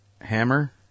Hammer